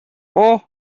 اوه